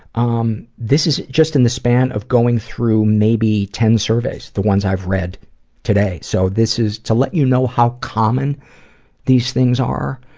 um this is just in the span of going through maybe ten surveys, the ones i've read today, so this is to let you know how common these things are.